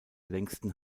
längsten